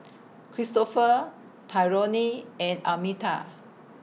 Cristofer Tyrone and Almeta